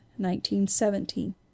1917